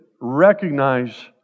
recognize